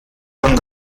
und